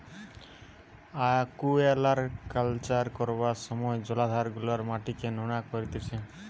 aquaculture করবার সময় জলাধার গুলার মাটিকে নোনা করতিছে